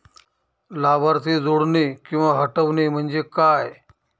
लाभार्थी जोडणे किंवा हटवणे, म्हणजे काय?